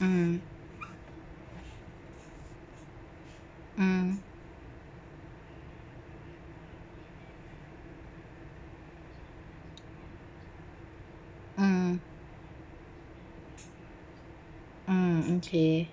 mm mm mm mm okay